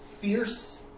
fierce